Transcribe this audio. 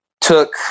took